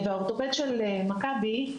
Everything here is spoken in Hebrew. האורתופד של מכבי,